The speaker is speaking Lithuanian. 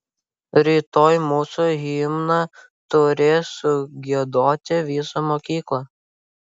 rytoj mūsų himną turės sugiedoti visa mokykla